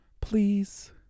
please